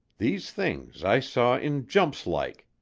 these things i saw in jumps-like.